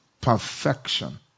perfection